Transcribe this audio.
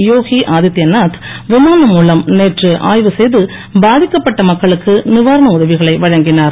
யோகி ஆதித்யநாத் விமானம் மூலம் நேற்று ஆய்வு செய்து பாதிக்கப்பட்ட மக்களுக்கு நிவாரண உதவிகளை வழங்கினார்